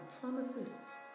promises